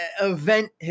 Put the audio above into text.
event